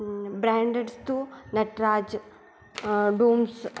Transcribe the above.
ब्रेण्डेड्स्तु Natraj बून्स्